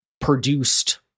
produced